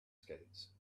skates